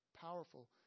powerful